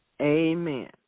Amen